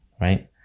right